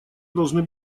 должны